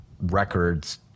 records